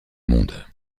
monde